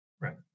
Right